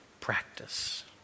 practice